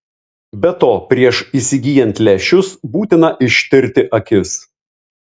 be to prieš įsigyjant lęšius būtina ištirti akis